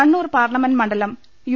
Kannur parliament മണ്ഡലം U